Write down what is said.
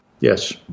Yes